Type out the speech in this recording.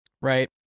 right